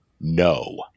no